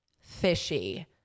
Fishy